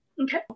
okay